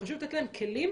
וחשוב לתת להם כלים